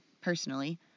personally